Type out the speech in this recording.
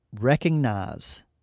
recognize